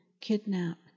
kidnap